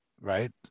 right